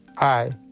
Hi